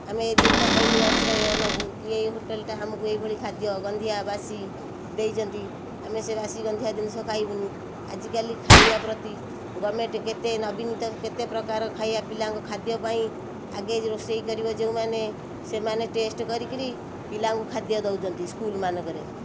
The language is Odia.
ଆମେ ଯଦି ଏଇକ୍ଷିଣା ଆଇନ ଆଶ୍ରୟ ନବୁ କି ଏଇ ହୋଟେଲ୍ଟା ଆମକୁ ଏଇ ଭଳି ଖାଦ୍ୟ ଗନ୍ଧିଆ ବାସି ଦେଇଛନ୍ତି ଆମେ ସେ ବାସି ଗନ୍ଧିଆ ଜିନିଷ ଖାଇବୁନି ଆଜିକାଲି ଖାଇବା ପ୍ରତି ଗଭର୍ଣ୍ଣମେଣ୍ଟ କେତେ ନବୀନ ତ କେତେ ପ୍ରକାର ଖାଇବା ପିଲାଙ୍କ ଖାଦ୍ୟ ପାଇଁ ଆଗେ ରୋଷେଇ କରିବ ଯେଉଁମାନେ ସେମାନେ ଟେଷ୍ଟ୍ କରିକିରି ପିଲାଙ୍କୁ ଖାଦ୍ୟ ଦଉଛନ୍ତି ସ୍କୁଲ୍ ମାନଙ୍କରେ